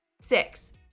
Six